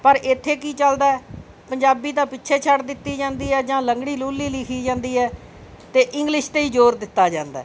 ਪਰ ਇੱਥੇ ਕੀ ਚੱਲਦਾ ਪੰਜਾਬੀ ਤਾਂ ਪਿੱਛੇ ਛੱਡ ਦਿੱਤੀ ਜਾਂਦੀ ਹੈ ਜਾਂ ਲੰਘੜੀ ਲੂਲੀ ਲਿਖੀ ਜਾਂਦੀ ਹੈ ਅਤੇ ਇੰਗਲਿਸ਼ 'ਤੇ ਹੀ ਜ਼ੋਰ ਦਿੱਤਾ ਜਾਂਦਾ